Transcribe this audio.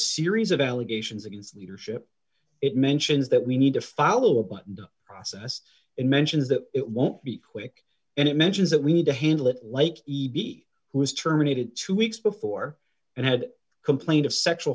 series of allegations against leadership it mentions that we need to follow up on the process it mentions that it won't be quick and it mentions that we need to handle it like the b who was terminated two weeks before and had complained of sexual